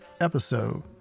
episode